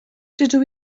dydw